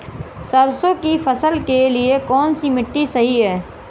सरसों की फसल के लिए कौनसी मिट्टी सही हैं?